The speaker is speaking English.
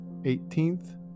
18th